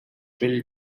pill